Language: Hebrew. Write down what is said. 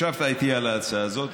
ישבת איתי על ההצעה הזאת,